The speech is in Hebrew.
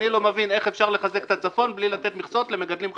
אני לא מבין איך אפשר לחזק את הצפון בלי לתת מכסות למגדלים חדשים.